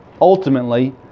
Ultimately